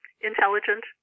intelligent